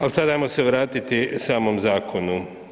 Ali sad ajmo se vratiti samom zakonu.